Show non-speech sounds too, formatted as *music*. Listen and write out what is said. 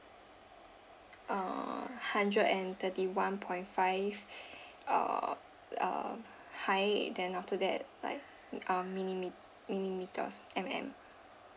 uh hundred and thirty one point five *breath* err err height then after that like uh millimi~ millimeters M_M